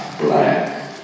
black